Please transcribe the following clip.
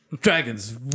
Dragons